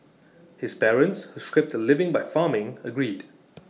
his parents who scraped A living by farming agreed